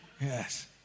Yes